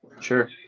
Sure